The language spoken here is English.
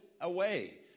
away